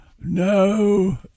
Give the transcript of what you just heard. no